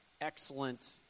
excellent